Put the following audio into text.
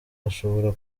gashobora